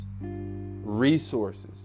resources